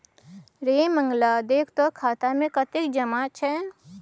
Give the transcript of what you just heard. रे मंगला देख तँ खाता मे कतेक जमा छै